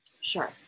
Sure